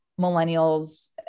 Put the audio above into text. millennials